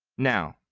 now,